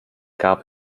gab